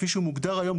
כפי שהוא מוגדר היום,